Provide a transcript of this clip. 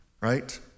right